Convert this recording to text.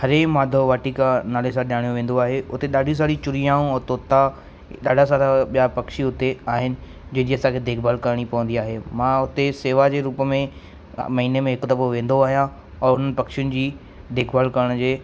हरे माधव वाटिका नाले सां जाणियो वेंदो आहे उते ॾाढी सारी चिड़ियाऊं और तोता ॾाढा सारा ॿिया पक्षी हुते आहिनि जंहिं जी असांखे देखभाल करिणी पवंदी आहे मां हुते सेवा जे रुप में महिने में हिकु दफ़ो वेंदो आहियां और उन्हनि पक्षियुनि जी देखभाल करण जे